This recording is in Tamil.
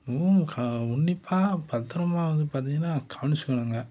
உன்னிப்பாக பத்தரமாக வந்து பார்த்திங்கன்னா கவனிச்சிக்கணுங்க